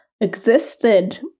existed